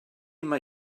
mai